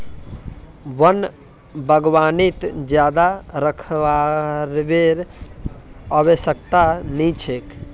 वन बागवानीत ज्यादा रखरखावेर आवश्यकता नी छेक